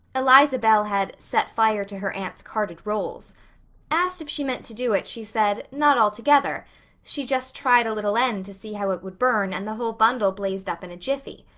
eliza bell had set fire to her aunt's carded rolls asked if she meant to do it she said, not altogether she just tried a little end to see how it would burn and the whole bundle blazed up in a jiffy.